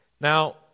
Now